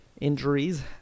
Injuries